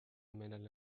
ملل